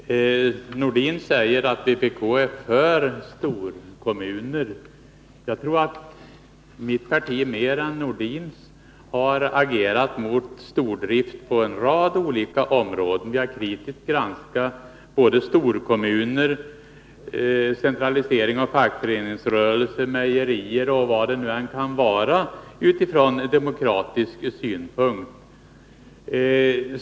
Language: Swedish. Fru talman! Sven-Erik Nordin säger att vpk är för storkommuner. Jag tror att mitt parti mer än Sven-Erik Nordins har agerat mot stordrift på en rad olika områden. Vi har praktiskt granskat storkommuner, centralisering av fackföreningsrörelser och mejerier och vad det än kan vara från demokratisk synpunkt.